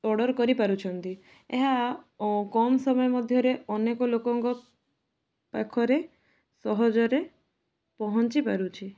order କରିପାରୁଛନ୍ତି ଏହା ଓ କମ ସମୟ ମଧ୍ୟରେ ଅନେକ ଲୋକଙ୍କ ପାଖରେ ସହଜରେ ପହଞ୍ଚିପାରୁଛି